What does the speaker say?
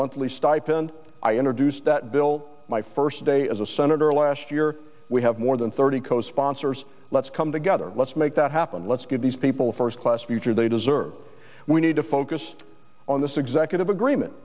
monthly stipend i introduced that bill my first day as a senator last year we have more than thirty co sponsors let's come together let's make that happen let's get these people first class future they deserve we need to focus on this executive agreement